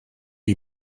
you